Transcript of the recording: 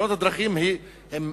תאונות הדרכים הן